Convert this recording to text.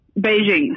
Beijing